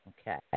Okay